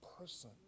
person